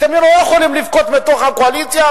אתם לא יכולים לבכות בתוך הקואליציה